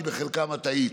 כי בחלקם את היית.